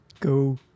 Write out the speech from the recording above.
Go